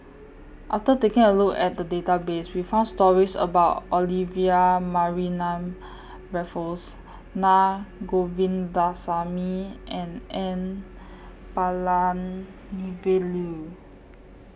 after taking A Look At The Database We found stories about Olivia Mariamne Raffles Naa Govindasamy and N Palanivelu